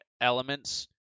elements